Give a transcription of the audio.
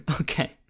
Okay